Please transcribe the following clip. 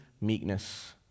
meekness